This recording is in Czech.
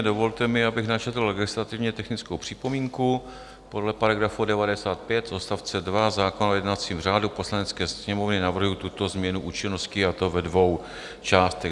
Dovolte mi, abych načetl legislativně technickou připomínku: podle § 95 odst. 2 zákona o jednacím řádu Poslanecké sněmovny navrhuji tuto změnu účinnosti, a to ve dvou částech.